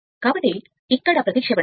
కాబట్టి ఇక్కడ ప్రత్యామ్నాయం ఇది ∅1∅2